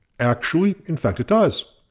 actually in fact it does.